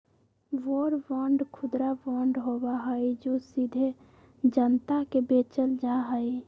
war bond खुदरा bond होबा हई जो सीधे जनता के बेचल जा हई